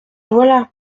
voilà